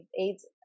AIDS